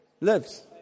lives